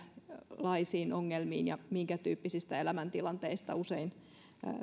minkälaisiin ongelmiin ja minkätyyppisistä elämäntilanteista usein